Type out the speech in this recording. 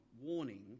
warning